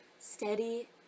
steady